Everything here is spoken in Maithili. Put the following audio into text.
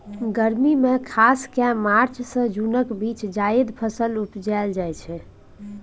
गर्मी मे खास कए मार्च सँ जुनक बीच जाएद फसल उपजाएल जाइ छै